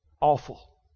Awful